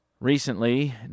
Recently